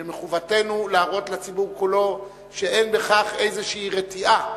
מחובתנו להראות לציבור כולו שאין בכך איזו רתיעה,